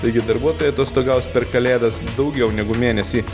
taigi darbuotojai atostogaus per kalėdas daugiau negu mėnesį